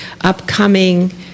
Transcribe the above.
upcoming